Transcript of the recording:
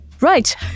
Right